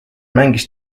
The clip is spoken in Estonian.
mängis